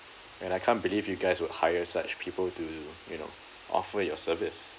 and I can't believe you guys would hire such people to you know offer your service